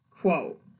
quote